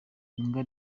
imbwa